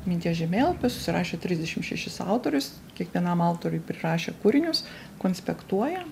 minties žemėlapius susirašė trisdešim šešis autorius kiekvienam autoriui prirašė kūrinius konspektuoja